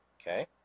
Okay